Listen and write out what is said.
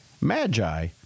Magi